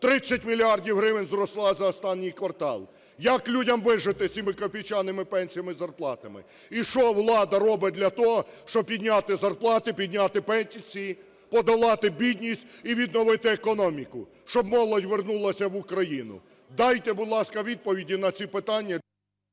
30 мільярдів гривень зросла за останній квартал. Як людям вижити з цими копійчаними пенсіями і зарплатами? І що влада робить для того, щоб підняти зарплати, підняти пенсії, подолати бідність і відновити економіку, щоб молодь вернулася в Україну? Дайте, будь ласка, відповіді на ці питання…